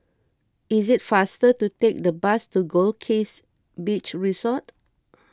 is it faster to take the bus to Goldkist Beach Resort